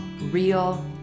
real